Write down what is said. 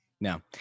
No